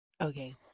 Okay